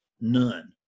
none